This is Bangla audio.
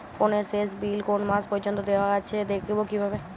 ফোনের শেষ বিল কোন মাস পর্যন্ত দেওয়া আছে দেখবো কিভাবে?